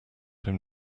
him